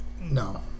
No